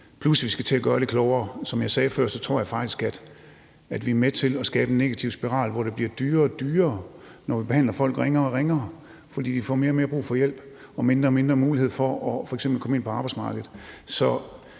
plus at vi skal til at gøre det klogere. Som jeg sagde før, tror jeg faktisk, at vi er med til at skabe en negativ spiral, hvor det bliver dyrere og dyrere, når vi behandler folk ringere og ringere, fordi de får mere og mere brug for hjælp og mindre og mindre mulighed for f.eks. at komme ind på arbejdsmarkedet.